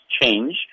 change